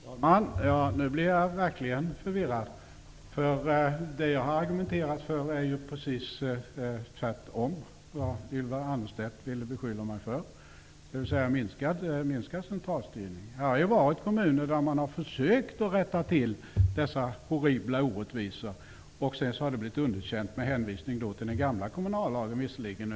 Herr talman! Nu blir jag verkligen förvirrad, eftersom det jag har argumenterat för är precis tvärtemot vad Ylva Annerstedt ville beskylla mig för, dvs. minskad centralstyrning. Det har funnits kommuner som har försökt att rätta till dessa horribla orättvisor, men det har sedan blivit underkänt med hänvisning till den visserligen gamla kommunallagen.